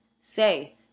Say